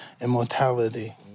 immortality